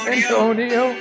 Antonio